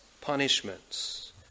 punishments